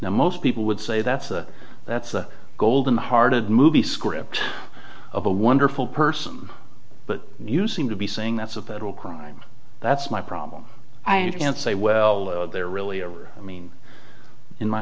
now most people would say that's a that's a golden hearted movie script of a wonderful person but you seem to be saying that's a federal crime that's my problem i can't say well there really are i mean in my